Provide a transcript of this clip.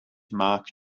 mark